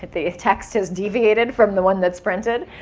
the text has deviated from the one that's printed.